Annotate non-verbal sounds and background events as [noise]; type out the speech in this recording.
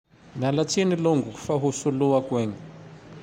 [noise] Miatsiny longo fa ho soloako igny! [noise]